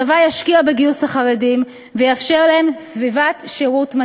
הצבא ישקיע בגיוס החרדים ויאפשר להם סביבת שירות מתאימה.